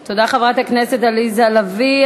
תודה, חברת הכנסת עליזה לביא.